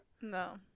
No